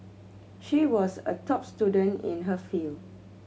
she was a top student in her field